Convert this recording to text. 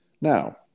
Now